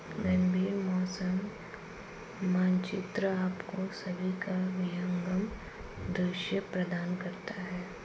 गंभीर मौसम मानचित्र आपको सभी का विहंगम दृश्य प्रदान करता है